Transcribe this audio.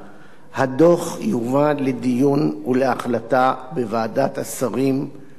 הדוח יובא לדיון ולהחלטה בוועדת השרים להתיישבות,